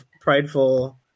prideful